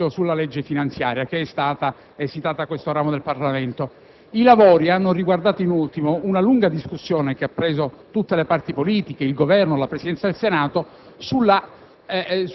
con l'esito sulla legge finanziaria, che è stata approvata da questo ramo del Parlamento. I lavori hanno riguardato, in ultimo, una lunga discussione, che ha coinvolto tutte le parti politiche, il Governo e la Presidenza del Senato,